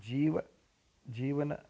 जीवनं जीवनं